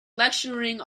lecturing